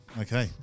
Okay